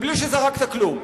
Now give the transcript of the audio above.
בלי שזרקת כלום.